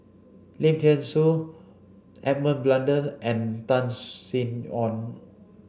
Lim Thean Soo Edmund Blundell and Tan Sin Aun